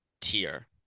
tier